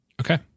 Okay